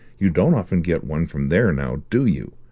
you don't often get one from there, now, do you?